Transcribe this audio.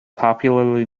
popularly